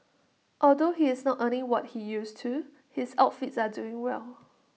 although he is not earning what he used to his outfits are doing well